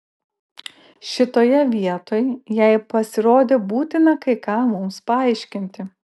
šitoje vietoj jai pasirodė būtina kai ką mums paaiškinti